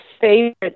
favorite